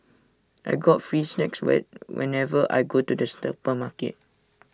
I get free snacks when whenever I go to the supermarket